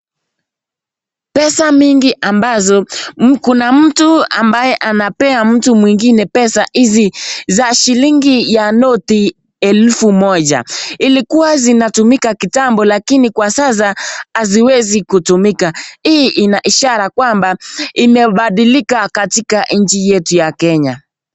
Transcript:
Pesa mingi ambazo kuna mtu ambaye anapea mtu mwingine pesa hizi za shillingi ya noti, elfu moja. Ilikuwa zinatumika kitambo lakini kwa sasa haziwezi kutumika. Hii ina ishara kwamba imebadilika katika nchi yetu ya Kenya.